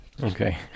Okay